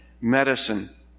Medicine